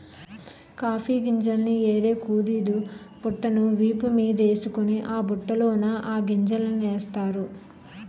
coffee గింజల్ని ఏరే కూలీలు బుట్టను వీపు మీదేసుకొని ఆ బుట్టలోన ఆ గింజలనేస్తారు